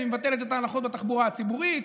והיא מבטלת את ההנחות בתחבורה הציבורית,